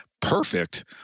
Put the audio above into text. perfect